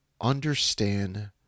understand